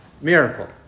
miracle